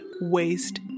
waste